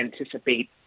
anticipate